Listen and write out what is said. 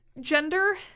gender